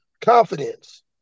confidence